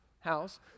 house